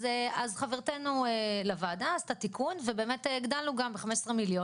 אז חברתנו לוועדה עשתה תיקון ובאמת הגדלנו גם ב-15 מיליון